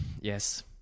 Yes